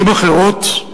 במלים אחרות,